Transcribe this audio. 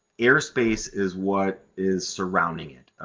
airspace is what is surrounding it,